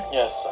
yes